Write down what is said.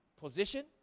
position